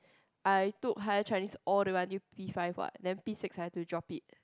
I took higher Chinese all the way until P five what then P six I have to drop it